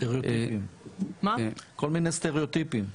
כל מיני סטריאוטיפים.